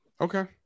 Okay